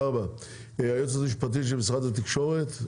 היועצת המשפטית של משרד התקשורת.